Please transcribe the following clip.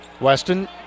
Weston